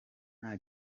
nta